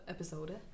Episode